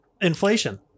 inflation